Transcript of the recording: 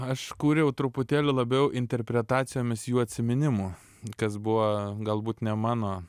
aš kūriau truputėlį labiau interpretacijomis jų atsiminimų kas buvo galbūt ne mano